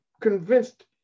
convinced